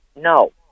No